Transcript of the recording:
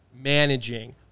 managing